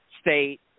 state